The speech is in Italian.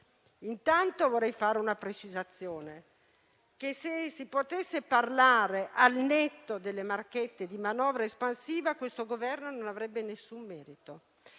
intanto, vorrei fare una precisazione. Se si potesse parlare, al netto delle marchette, di manovra espansiva, questo Governo non avrebbe nessun merito.